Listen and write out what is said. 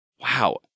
Wow